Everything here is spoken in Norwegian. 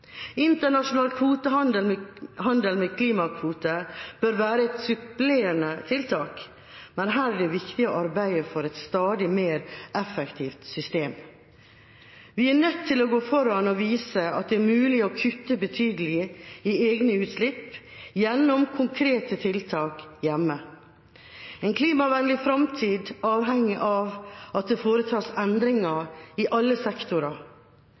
Internasjonal handel med klimakvoter bør være et supplerende tiltak, men her er det viktig å arbeide for et stadig mer effektivt system. Vi er nødt til å gå foran og vise at det er mulig å kutte betydelig i egne utslipp gjennom konkrete tiltak hjemme. En klimavennlig fremtid avhenger av at det foretas endringer i alle sektorer.